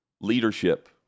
leadership